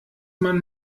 man